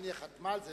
גרמניה חתמה על זה.